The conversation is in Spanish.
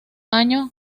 año